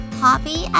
hobby